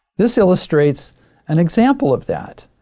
this illustrates an example of that.